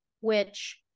which-